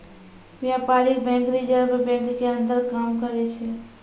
व्यपारीक bank reserve bank के अंदर काम करै छै